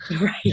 Right